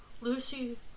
Lucy